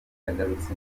yagarutse